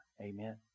Amen